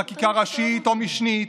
חקיקה ראשית או משנית,